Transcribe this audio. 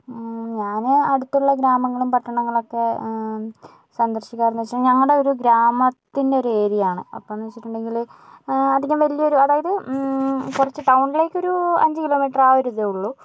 ഞാൻ അടുത്തുള്ള ഗ്രാമങ്ങളും പട്ടണങ്ങളൊക്കെ സന്ദർശിക്കാറെന്ന് വെച്ചാൽ ഞങ്ങളുടെ ഒരു ഗ്രാമത്തിൻ്റെ ഒരു ഏരിയ ആണ് അപ്പോഴെന്ന് വച്ചിട്ടുണ്ടെങ്കില് അധികം വലിയൊരു അതായത് കുറച്ച് ടൗണിലേക്കൊരു അഞ്ച് കിലോ മീറ്ററ് ആ ഒരു ഇതേ ഉള്ളു